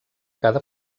cada